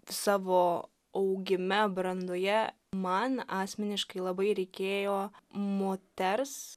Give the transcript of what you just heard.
savo augime brandoje man asmeniškai labai reikėjo moters